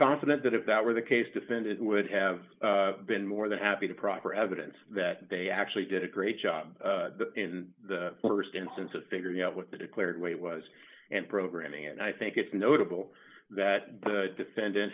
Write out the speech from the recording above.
confident that if that were the case defendant would have been more than happy to proffer evidence that they actually did a great job in the st instance of figuring out what the declared weight was and programming and i think it's notable that the defendant